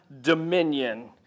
dominion